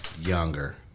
younger